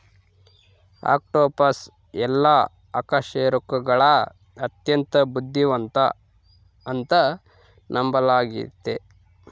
octopus ಎಲ್ಲಾ ಅಕಶೇರುಕಗುಳಗ ಅತ್ಯಂತ ಬುದ್ಧಿವಂತ ಅಂತ ನಂಬಲಾಗಿತೆ